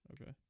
Okay